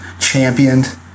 championed